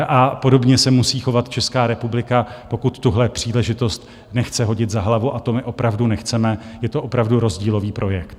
A podobně se musí chovat Česká republika, pokud tuhle příležitost nechce hodit za hlavu, a to my opravdu nechceme, je to opravdu rozdílový projekt.